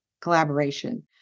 collaboration